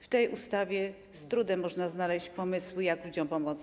W tej ustawie z trudem można znaleźć pomysły, jak ludziom pomóc.